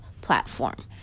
platform